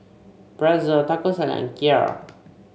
Pretzel Taco Salad and Kheer